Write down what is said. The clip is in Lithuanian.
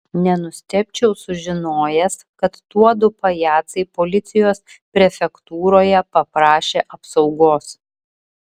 nenustebčiau sužinojęs kad tuodu pajacai policijos prefektūroje paprašė apsaugos